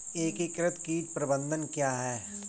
एकीकृत कीट प्रबंधन क्या है?